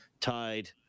tied